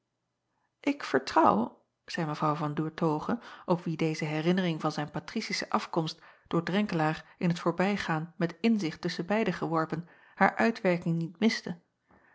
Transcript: k vertrouw zeî w an oertoghe op wie deze herinnering van zijn patricische afkomst door renkelaer in t voorbijgaan met inzicht tusschen beiden geworpen haar uitwerking niet miste